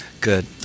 Good